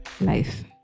life